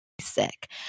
sick